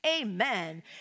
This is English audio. Amen